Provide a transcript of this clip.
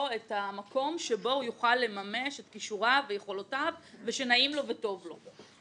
את המקום שבו הוא יוכל לממש את כישוריו ויכולותיו ושנעים לו וטוב לו.